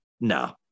No